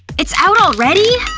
it's out already?